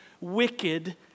wicked